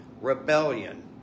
Rebellion